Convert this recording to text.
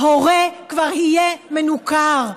ההורה כבר יהיה מנוכר.